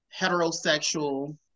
heterosexual